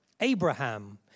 Abraham